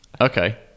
Okay